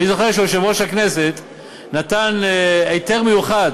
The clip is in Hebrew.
אני זוכר שיושב-ראש הכנסת נתן היתר מיוחד